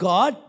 God